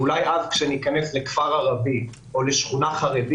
עלינו להגיע למצב שבו ניכנס לכפר ערבי ולשכונה חרדית